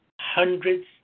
hundreds